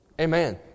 Amen